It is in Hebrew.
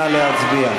נא להצביע.